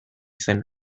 zen